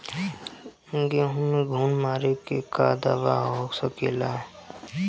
गेहूँ में घुन मारे के का दवा हो सकेला?